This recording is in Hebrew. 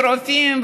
ורופאים,